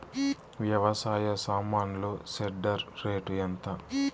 వ్యవసాయ సామాన్లు shredder rate ఎంత?